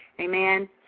Amen